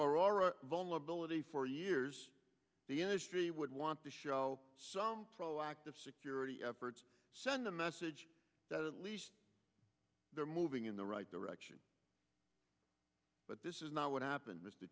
aurora vulnerability for years the industry would want to show some proactive security efforts send the message that at least they're moving in the right direction but this is not what happened was the